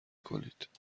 کنید